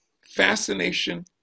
fascination